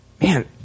Man